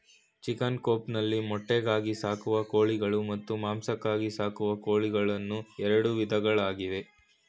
chicken coop ನಲ್ಲಿ ಮೊಟ್ಟೆಗಾಗಿ ಸಾಕುವ ಕೋಳಿಗಳು ಮತ್ತು ಮಾಂಸಕ್ಕಾಗಿ ಸಾಕುವ ಕೋಳಿಗಳು ಅನ್ನೂ ಎರಡು ವಿಧಗಳಿವೆ